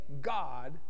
God